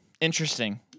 interesting